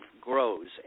grows